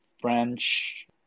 French